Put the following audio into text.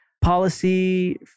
policy